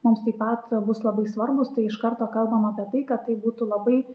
mums taip pat bus labai svarbūs tai iš karto kalbam apie tai kad tai būtų labai